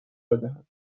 بدهند